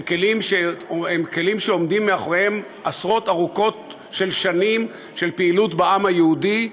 הם כלים שעומדים מאחוריהם עשרות ארוכות של שנים של פעילות בעם היהודי,